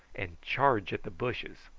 and charge at the bushes.